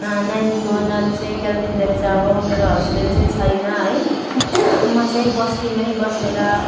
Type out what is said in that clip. नानीको नाम चाहिँ क्याल्भिन लेप्चा हो मेरो हज्बेन्ड चाहिँ छैन है म चाहिँ बस्तीमै बसेर